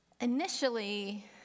initially